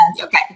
Okay